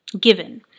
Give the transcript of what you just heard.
given